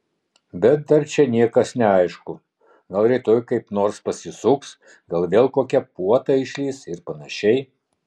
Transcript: bet dar čia niekas neaišku gal rytoj kaip nors pasisuks gal vėl kokia puota išlįs ir panašiai